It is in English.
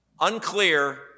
unclear